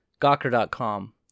Gawker.com